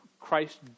Christ